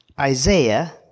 Isaiah